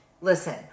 listen